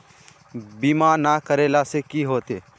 बीमा ना करेला से की होते?